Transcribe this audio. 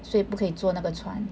所以不可以坐那个船